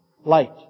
light